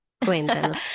cuéntanos